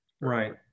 right